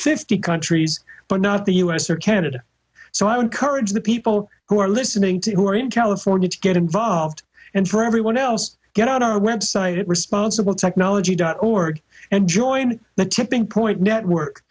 fifty countries but not the u s or canada so i encourage the people who are listening to who are in california to get involved and for everyone else get out our website at responsible technology dot org and join the tipping point network